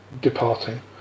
departing